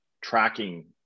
tracking